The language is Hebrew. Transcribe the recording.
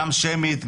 גם שמית,